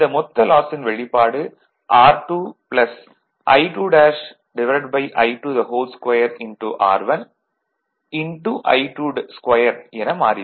இந்த மொத்த லாஸின் வெளிப்பாடு R2 I2I22 R1 என மாறிவிடும்